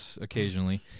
occasionally